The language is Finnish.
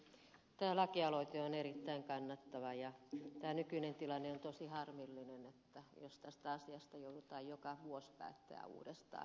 tämä lakialoite on erittäin kannatettava ja tämä nykyinen tilanne on tosi harmillinen että tästä asiasta joudutaan joka vuosi päättämään uudestaan